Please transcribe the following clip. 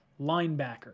linebacker